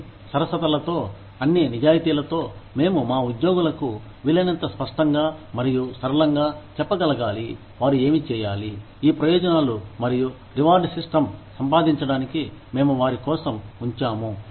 అన్నిసరసతలతో అన్ని నిజాయితీలతో మేము మా ఉద్యోగులకూ వీలైనంత స్పష్టంగా మరియు సరళంగా చెప్పగలగాలి వారు ఏమి చేయాలి ఈ ప్రయోజనాలు మరియు రివార్డ్ సిస్టమ్ సంపాదించడానికి మేము వారి కోసం ఉంచాము